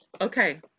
Okay